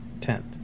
Tenth